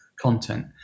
content